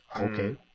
Okay